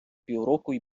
півроку